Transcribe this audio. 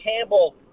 Campbell